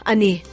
Ani